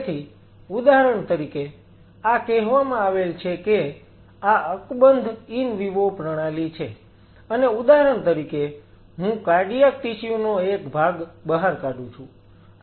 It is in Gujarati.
તેથી ઉદાહરણ તરીકે આ કહેવામાં આવેલ છે કે આ અકબંધ ઈન વિવો પ્રણાલી છે અને ઉદાહરણ તરીકે હું કાર્ડિયાક ટિશ્યુ નો એક ભાગ બહાર કાઢું છું